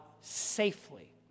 safely